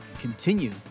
continue